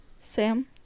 Sam